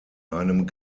einem